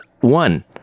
one